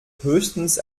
höchstens